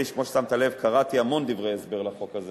כמו שבטח שמת לב, קראתי המון דברי הסבר לחוק הזה